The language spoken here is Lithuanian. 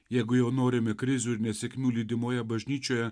jeigu jau norime krizių ir nesėkmių lydimoje bažnyčioje